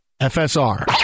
FSR